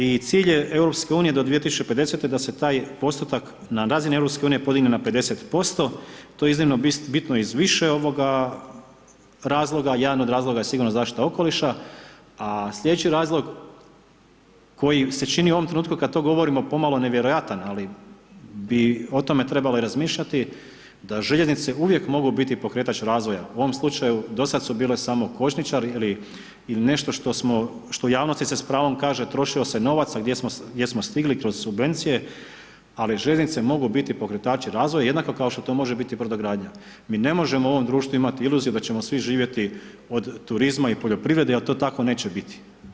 I cilj je EU-a do 2050. da se taj postotak na razini EU-a podigne na 50%, to je iznimno bitno iz više razloga, jedan od razloga je sigurno zaštita okoliša a slijedeći razlog koji se čini u ovom trenutku kad to govorimo pomalo nevjerojatan ali bi o tome trebale razmišljati da željeznice uvijek mogu biti pokretač razvoja, u ovom slučaju do sad su bile samo kočničari ili nešto što se u javnosti s pravom kaže trošio novac a gdje smo stigli kroz subvencije ali željeznice mogu biti pokretač razvoja jednako kao što to može biti brodogradnja, mi ne možemo u ovom društvu imati iluziju da ćemo svi živjeti od turizma i poljoprivrede jer to tako neće bit.